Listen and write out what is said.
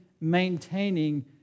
maintaining